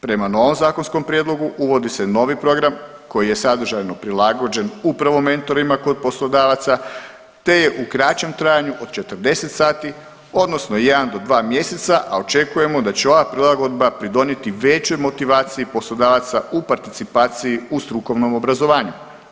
Prema novom zakonskom prijedlogu uvodi se novi program koji je sadržajno prilagođen upravo mentorima kod poslodavaca te je u kraćem trajanju od 40 sati odnosno jedan do dva mjeseca, a očekujemo da će ova prilagodba pridonijeti većoj motivaciji poslodavaca u participaciji u strukovnom obrazovanju.